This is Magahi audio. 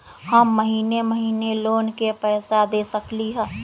हम महिने महिने लोन के पैसा दे सकली ह?